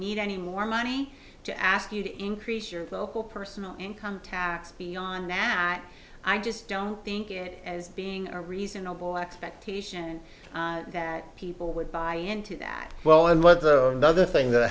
need any more money to ask you to increase your local personal income tax beyond that i just don't think it as being a reasonable expectation that people would buy into that well and what the other thing that